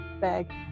bag